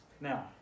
Now